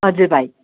हजुर भाइ